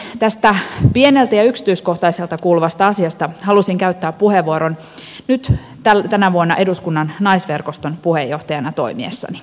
tästä pieneltä ja yksityiskohtaiselta kuulostavasta asiasta halusin käyttää puheenvuoron nyt tänä vuonna eduskunnan naisverkoston puheenjohtajana toimiessani